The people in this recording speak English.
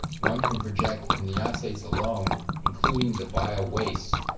one can project in the united states alone, including the bio-waste,